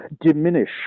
diminish